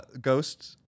ghosts